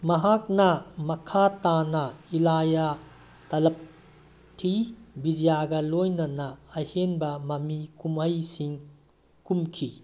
ꯃꯍꯥꯛꯅ ꯃꯈꯥ ꯇꯥꯅ ꯏꯜꯂꯥꯌꯥ ꯇꯂꯄꯊꯤ ꯕꯤꯖꯤꯌꯥꯒ ꯂꯣꯏꯅꯅ ꯑꯍꯦꯟꯕ ꯃꯃꯤ ꯀꯨꯝꯍꯩꯁꯤꯡ ꯀꯨꯝꯈꯤ